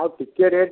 ଆଉ ଟିକିଏ ରେଟ୍